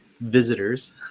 visitors